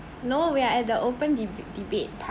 no we are at the open deba~ debate part